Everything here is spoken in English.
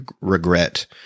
regret